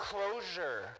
Closure